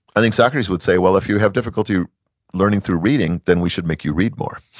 i think socrates would say well, if you have difficulty learning through reading then we should make you read more.